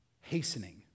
Hastening